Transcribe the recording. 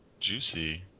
juicy